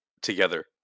together